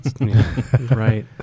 right